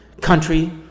country